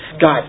God